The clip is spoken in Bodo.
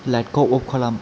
लाइटखौ अफ खालाम